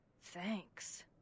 Thanks